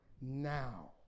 Now